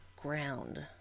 ground